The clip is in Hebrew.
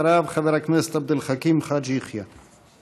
אחריו, חבר הכנסת עבד אל חכים חאג' יחיא.